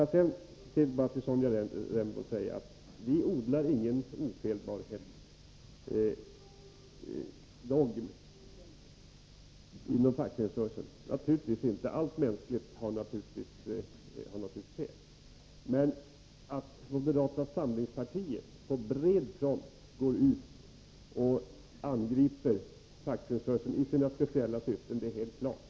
Får jag sedan säga till Sonja Rembo att vi naturligtvis inte odlar någon ofelbarhetsdogm inom fackföreningsrörelsen. Allt mänskligt har naturligtvis sina fel. Men att moderata samlingspartiet i sina speciella syften går ut på bred front och angriper fackföreningsrörelsen är helt klart.